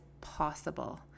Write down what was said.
possible